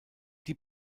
die